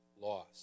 loss